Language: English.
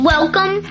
Welcome